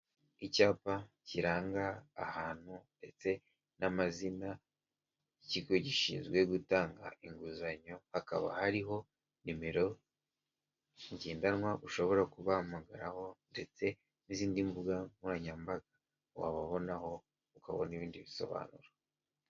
Icyapa kiranga ahantu ndetse n'amazina y'ikigo gishinzwe gutanga inguzanyo, hakaba ari nimero ngendanwa ushobora kubahamagararaho ndetse n'izindi mbuga nkoranyambaga wababonaho ukabona ibindi bisobanuro.